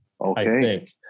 Okay